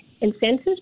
incentives